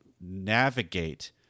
navigate